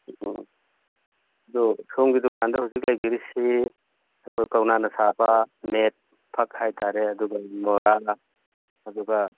ꯎꯝ ꯑꯗꯣ ꯁꯣꯝꯒꯤ ꯗꯨꯀꯥꯟꯗ ꯍꯧꯖꯤꯛ ꯂꯩꯕꯤꯔꯤꯁꯤ ꯑꯩꯈꯣꯏ ꯀꯧꯅꯥꯅ ꯁꯥꯕ ꯃꯦꯠ ꯐꯛ ꯍꯥꯏꯕ ꯇꯥꯔꯦ ꯑꯗꯨꯒ ꯃꯣꯔꯥ ꯑꯗꯨꯒ